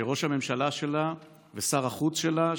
שראש הממשלה שלה ושר החוץ שלה,